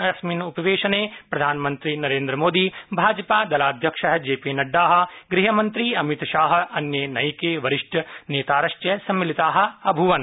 अस्मिन् उपवेशने प्रधानमन्त्री नरेन्द्र मोदी भाजपा दलाध्यक्ष जे पी नड्डा गुहमंत्री अमितशाह अन्ये नैके वरिष्ठनेतारश्च सम्मिलिता अभूवन्